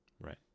Right